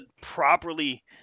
properly